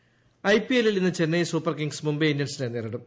L ഐ പി എല്ലിൽ ഇന്ന് ചെന്നൈ സൂപ്പർ കിങ്സ് മുംബൈ ഇന്ത്യൻസിനെ നേരിടും